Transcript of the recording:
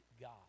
God